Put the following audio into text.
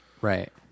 Right